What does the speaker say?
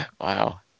Wow